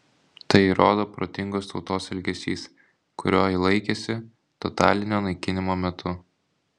tai įrodo protingos tautos elgesys kurio ji laikėsi totalinio naikinimo metu